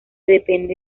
depende